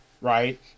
right